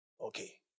Okay